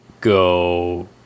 go